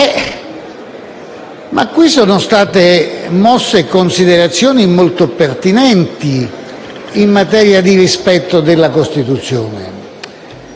qui sono state mosse considerazioni molto pertinenti in materia di rispetto della Costituzione.